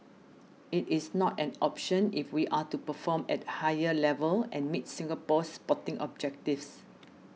it is not an option if we are to perform at a higher level and meet Singapore's sporting objectives